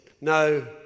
no